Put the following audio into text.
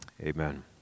Amen